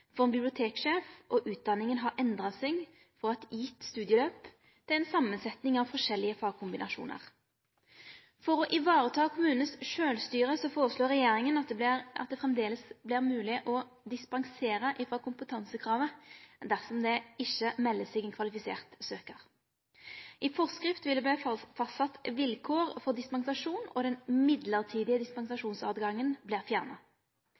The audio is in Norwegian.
ein biblioteksjef, og utdanninga har endra seg frå eit gitt studieløp til ein samansetnad av forskjellige fagkombinasjonar. For å vareta kommunen sitt sjølvstyre, foreslår regjeringa at det framleis skal vere mogleg å dispensere frå kompetansekravet dersom det ikkje melder seg ein kvalifisert søkar. I forskrift vil det verte fastsett vilkår for dispensasjon og den mellombelse dispensasjonen vert fjerna.